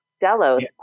Delos